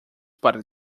para